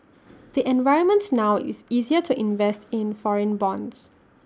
the environment now is easier to invest in foreign bonds